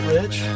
Rich